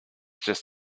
just